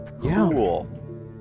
Cool